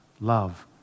love